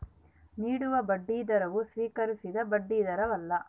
ನೀಡುವ ಬಡ್ಡಿದರವು ಸ್ವೀಕರಿಸಿದ ಬಡ್ಡಿದರವಲ್ಲ